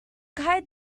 kite